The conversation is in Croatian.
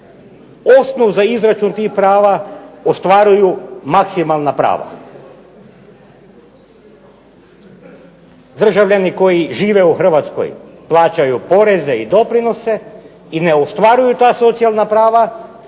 osnov za izračun tih prava ostvaruju maksimalna prava. Državljani koji žive u Hrvatskoj plaćaju poreze i doprinose i ne ostvaruju ta socijalna prava.